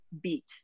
beat